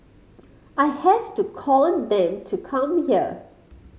I have to con them to come here